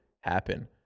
happen